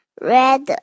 red